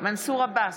מנסור עבאס,